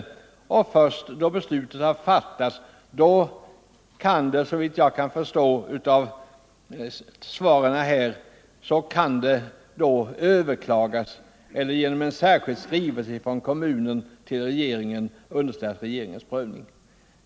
Först då be — järnvägstrafik, slutet har fattats kan det, såvitt jag förstår av svaret här, överklagas m.m. —- eller genom en särskild skrivelse från kommunen till regeringen underställas regeringens prövning.